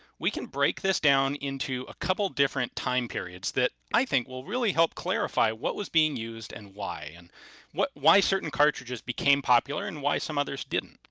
we can break this down into a couple different time periods that i think will really help clarify what was being used and why. and why certain cartridges became popular and why some others didn't.